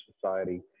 Society